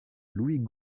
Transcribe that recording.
louis